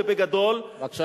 ובגדול,